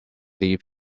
leave